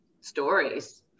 Stories